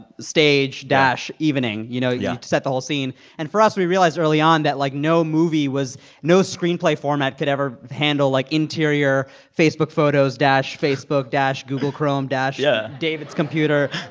stage dash evening, you know? yeah you set the whole scene and for us, we realized early on that, like, no movie was no screenplay format could ever handle, like, interior, facebook photos dash facebook dash google chrome dash. yeah. david's computer